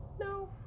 No